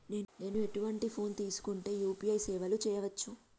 నేను ఎటువంటి ఫోన్ తీసుకుంటే యూ.పీ.ఐ సేవలు చేయవచ్చు?